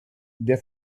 der